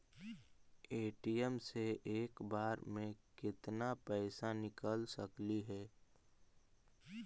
ATM से एक बार मे केत्ना पैसा निकल सकली हे?